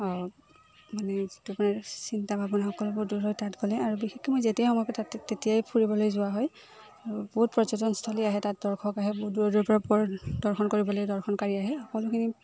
মানে যিটো আপোনাৰ চিন্তা ভাৱনা সকলোবোৰ দূৰ হয় তাত গ'লে আৰু বিশেষকৈ মই যেতিয়াই সময় পাওঁ তাত তেতিয়াই ফুৰিবলৈ যোৱা হয় আৰু বহুত পৰ্যটনস্থলী আহে তাত দৰ্শক আহে বহুত দূৰৰ দূৰৰ প দৰ্শন কৰিবলৈ দৰ্শনকাৰী আহে সকলোখিনি